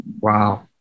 Wow